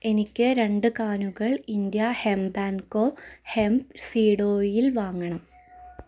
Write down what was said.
എനിക്ക് രണ്ട് കാനുകൾ India hemp and co hemp seed oil വാങ്ങണം